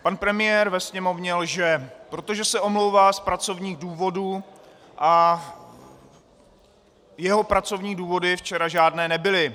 Pan premiér ve Sněmovně lže, protože se omlouvá z pracovních důvodů a jeho pracovní důvody včera žádné nebyly.